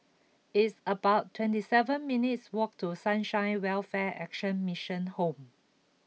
it's about twenty seven minutes' walk to Sunshine Welfare Action Mission Home